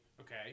okay